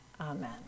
Amen